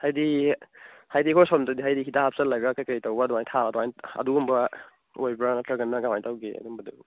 ꯍꯥꯏꯗꯤ ꯍꯥꯏꯗꯤ ꯑꯩꯈꯣꯏ ꯁꯣꯝꯗꯗꯤ ꯍꯥꯏꯗꯤ ꯍꯤꯗꯥꯛ ꯍꯥꯞꯆꯤꯜꯂꯒ ꯀꯔꯤ ꯀꯔꯤ ꯇꯧꯕ ꯑꯗꯨꯃꯥꯏ ꯊꯥꯕꯗꯣ ꯑꯗꯨꯒꯨꯝꯕ ꯑꯣꯏꯕ꯭ꯔꯥ ꯅꯠꯇ꯭ꯔꯒꯅ ꯀꯃꯥꯏ ꯇꯧꯒꯦ ꯑꯗꯨꯝꯕꯗꯣ